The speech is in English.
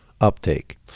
uptake